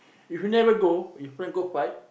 if you never go your friend go fight